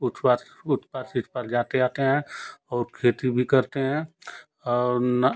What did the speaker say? उस पार उस पार से इस पार जाते आते हैं और खेती भी करते हैं और ना